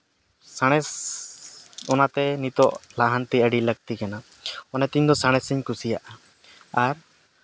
ᱥᱟᱬᱮᱥ ᱚᱱᱟᱛᱮ ᱱᱤᱛᱚᱜ ᱞᱟᱦᱟᱱᱛᱤ ᱟᱹᱰᱤ ᱞᱟᱹᱠᱛᱤ ᱠᱟᱱᱟ ᱚᱱᱟᱛᱮ ᱤᱧᱫᱚ ᱥᱟᱬᱮᱥ ᱤᱧ ᱠᱩᱥᱤᱭᱟᱜᱼᱟ ᱟᱨ